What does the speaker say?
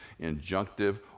injunctive